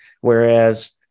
Whereas